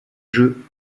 jeux